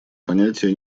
понятия